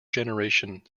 generation